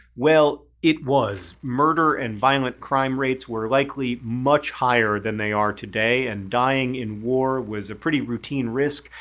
well, it was. murder and violent crime rates were likely much higher than they are today, and dying in war was a pretty routine risk.